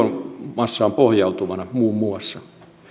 biomassaan pohjautuvana muun muassa